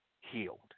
healed